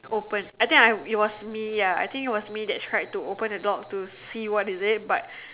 open I think I ya was me ya I think it was me that tried to open the door to see what is it but